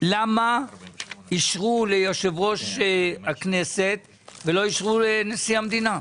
למה אישרו ליושב ראש הכנסת ולא אישרו נשיא המדינה?